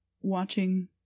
watching